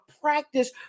practice